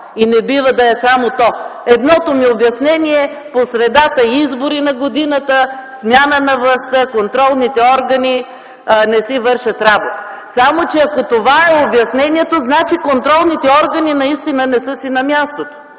и не бива да е само то. Едното ми обяснение: по средата на годината избори, смяна на властта, контролните органи не си вършат работата. Само че, ако това е обяснението, значи контролните органи наистина не са си на мястото,